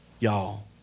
Y'all